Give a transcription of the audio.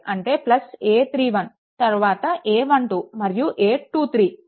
అంటే a31 తరువాత a12 మరియు a23